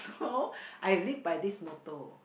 no I live by this motto